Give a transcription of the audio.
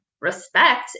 respect